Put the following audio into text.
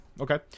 Okay